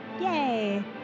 Yay